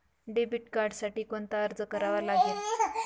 Debit कार्डसाठी कोणता अर्ज करावा लागेल?